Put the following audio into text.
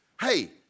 Hey